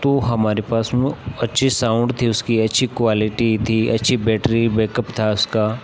तो हमारे पास में अच्छी साउन्ड थी उसकी अच्छी क्वालटी थी अच्छी बैट्री बैकअप था उसका